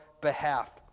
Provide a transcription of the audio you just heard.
behalf